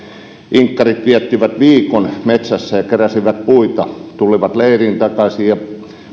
inkkarit viettivät viikon metsässä ja keräsivät puita ja tulivat leiriin takaisin